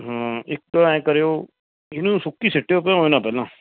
ਇੱਕ ਐਂ ਕਰਿਓ ਇਹਨੂੰ ਸੁੱਕੀ ਸੁੱਟਿਓ ਭਿਉਂਓ ਨਾ ਪਹਿਲਾਂ